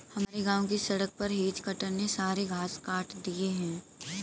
हमारे गांव की सड़क पर हेज कटर ने सारे घास काट दिए हैं